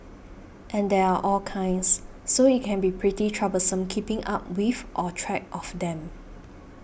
and there are all kinds so it can be pretty troublesome keeping up with or track of them